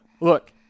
look